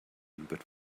but